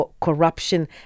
Corruption